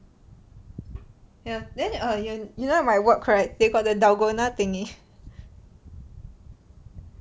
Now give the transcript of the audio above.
ya then err ya you know my work right they got the dalgona thingy